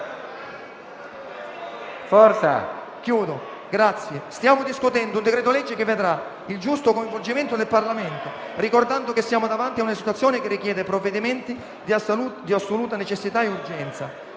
AUDDINO *(M5S)*. Stiamo discutendo un decreto-legge che vedrà il giusto coinvolgimento del Parlamento, ricordando che siamo davanti a una situazione che richiede provvedimenti di assoluta necessità e urgenza.